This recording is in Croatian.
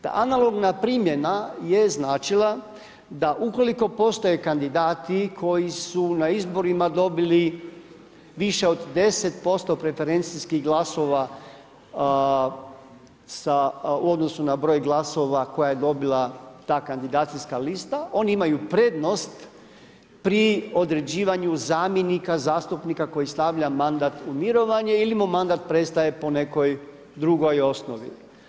Ta analogna primjena je značila da ukoliko postoje kandidati koji su na izborima dobili više od 10% preferencijskih glasova u odnosu na broj glasova koje je dobila ta kandidacijska lista, oni imaju prednost pri određivanju zamjenika zastupnika koji stavlja mandat u mirovanje ili mu mandat prestaje po nekoj drugoj osnovi.